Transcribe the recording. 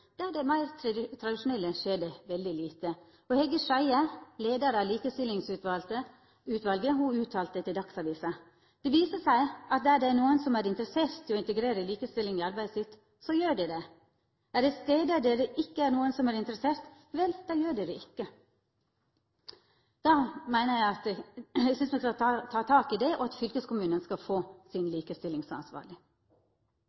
Der dei er meir tradisjonelle, skjer det veldig lite. Hege Skjeie, leiar av Likestillingsutvalget, uttalte til Dagsavisen: «Det viser seg at der det er noen som er interessert i å integrere likestilling i arbeidet sitt, så gjør de det. Er det steder der det ikke er noen som er interessert, vel da gjør de det ikke.» Eg synest ein skal ta tak i det, og at fylkeskommunane skal få